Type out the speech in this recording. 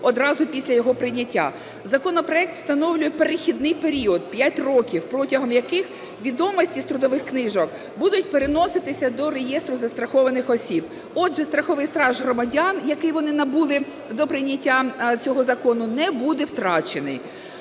одразу після його прийняття. Законопроект встановлює перехідний період – 5 років, протягом яких відомості з трудових книжок будуть переноситися до реєстру застрахованих осіб. Отже, страховий стаж громадян, який вони набули до прийняття цього закону, не буде втрачений.